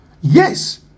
Yes